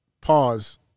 pause